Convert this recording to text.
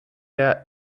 der